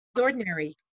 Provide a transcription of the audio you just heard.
ordinary